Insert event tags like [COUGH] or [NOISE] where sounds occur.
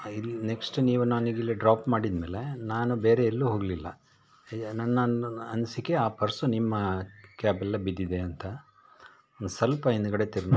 ಇಲ್ಲಿ ನೆಕ್ಸ್ಟ್ ನೀವು ನನಗಿಲ್ಲಿ ಡ್ರಾಪ್ ಮಾಡಿದ ಮೇಲೆ ನಾನು ಬೇರೆ ಎಲ್ಲೂ ಹೋಗಲಿಲ್ಲ ಹೀಗೆ ನನ್ನ ಅನ್ ಅನಿಸಿಕೆ ಆ ಪರ್ಸು ನಿಮ್ಮ ಕ್ಯಾಬಲ್ಲೇ ಬಿದ್ದಿದೆ ಅಂತ ಒಂದು ಸ್ವಲ್ಪ ಹಿಂದುಗಡೆ ತಿರ್ಗಿ [UNINTELLIGIBLE]